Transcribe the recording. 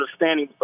Understanding